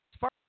far